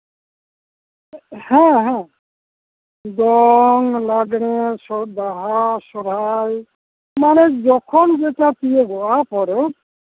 ᱦᱮᱸ ᱦᱮᱸ ᱫᱚᱝ ᱞᱟᱽᱜᱲᱮ ᱵᱟᱦᱟ ᱥᱚᱦᱨᱟᱭ ᱢᱟᱱᱮ ᱡᱚᱠᱷᱚᱱ ᱡᱮᱴᱟ ᱛᱤᱭᱳᱜᱚᱜᱼᱟ ᱯᱚᱨᱚᱵᱽ